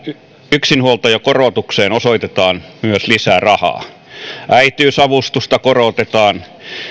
yksinhuoltajakorotukseen osoitetaan lisää rahaa äitiysavustusta korotetaan